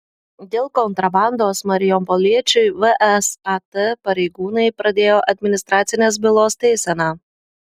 dėl kontrabandos marijampoliečiui vsat pareigūnai pradėjo administracinės bylos teiseną